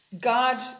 God